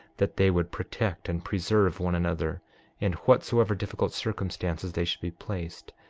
that they would protect and preserve one another in whatsoever difficult circumstances they should be placed,